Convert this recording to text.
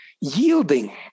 yielding